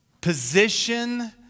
position